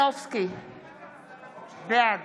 מלינובסקי קונין, בעד